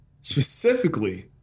specifically